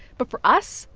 but for us,